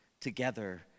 together